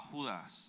Judas